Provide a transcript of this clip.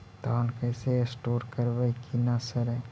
धान कैसे स्टोर करवई कि न सड़ै?